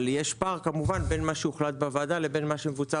אבל יש פער בין מה שהוחלט בוועדה לבין מה שמבוצע